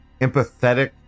empathetic